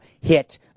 hit